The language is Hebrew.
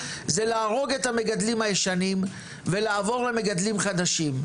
זה להרוג את המגדלים הישנים ולעבור למגדלים חדשים.